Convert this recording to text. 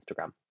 Instagram